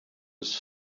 was